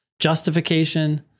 Justification